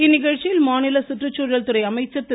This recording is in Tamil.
இந்நிகழ்ச்சியில் மாநில சுற்றுச்சூழல் துறை அமைச்சர் திரு